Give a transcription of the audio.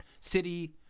city